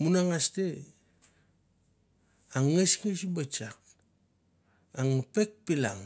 munagraste a ngesnges cos tsak ang pak pilam.